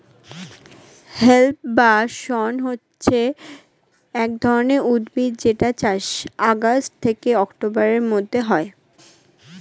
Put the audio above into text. hemp বা শণ হচ্ছে এক ধরণের উদ্ভিদ যেটার চাষ আগস্ট থেকে অক্টোবরের মধ্যে হয়